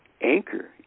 anchor